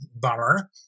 bummer